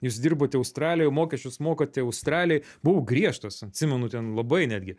jūs dirbate australijoj mokesčius mokate australijai buvau griežtas atsimenu ten labai netgi